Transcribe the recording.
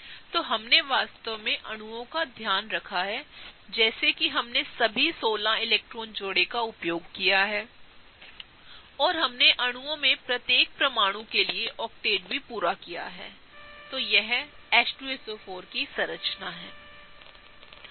तो हमने वास्तव में अणुओं का ध्यान रखा है जैसे कि हमने सभी 16 इलेक्ट्रॉन जोड़े का उपयोग किया है और हमने अणुओं में प्रत्येक परमाणु के लिए ऑक्टेट भी पूरा किया है यह H2SO4की संरचना है